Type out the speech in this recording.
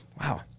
Wow